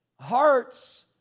hearts